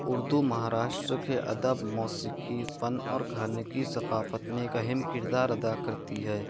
اردو مہاراشٹر کے ادب موسیقی فن اور گانے کی ثقافت میں ایک اہم کردار ادا کرتی ہے